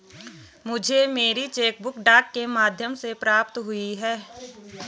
मुझे मेरी cheque book डाक के माध्यम से प्राप्त हुई है